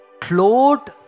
clothed